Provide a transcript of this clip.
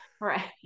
Right